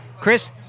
Chris